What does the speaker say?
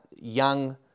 young